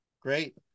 Great